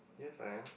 yes I am